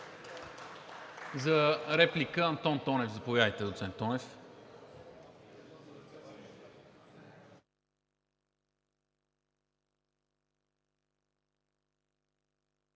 За реплика – Антон Тонев. Заповядайте, доцент Тонев.